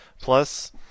plus